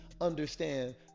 understand